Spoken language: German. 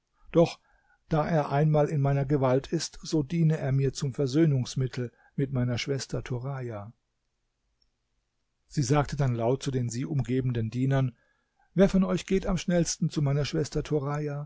doch da er einmal in meiner gewalt ist so diene er mir zum versöhnungsmittel mit meiner schwester turaja sie sagte dann laut zu den sie umgebenden dienern wer von euch geht am schnellsten zu meiner schwester turaja